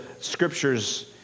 Scripture's